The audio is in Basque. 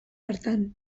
hartan